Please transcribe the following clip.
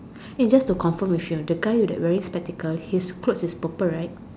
eh just to confirm with you ah the guy that wearing spectacle his clothes is purple right